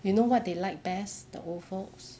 you know what they like best the old folks